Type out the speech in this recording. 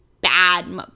bad